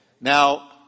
Now